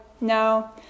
No